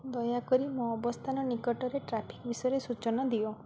ଦୟାକରି ମୋ ଅବସ୍ଥାନ ନିକଟରେ ଟ୍ରାଫିକ୍ ବିଷୟରେ ସୂଚନା ଦିଅ